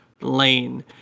lane